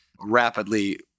rapidly